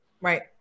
right